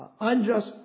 unjust